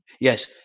Yes